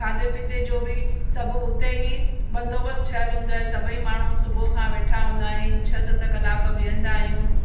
खाधे पीते जो बि सबु हुते ही बंदोबस्तु ठहियलु हूंदो आहे सभई माण्हू सुबुह खां वेठा हूंदा आहिनि छह सत कलाक वेहंदा आहियूं